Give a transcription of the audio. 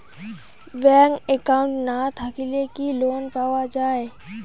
Bank account না থাকিলে কি লোন পাওয়া য়ায়?